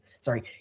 sorry